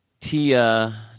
Tia